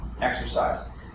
exercise